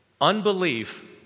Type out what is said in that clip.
Unbelief